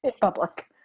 public